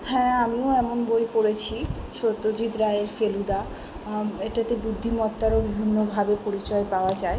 হ্যাঁ আমিও এমন বই পড়েছি সত্যজিৎ রায়ের ফেলুদা এটাতে বুদ্ধিমত্তারও বিভিন্নভাবে পরিচয় পাওয়া যায়